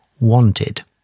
wanted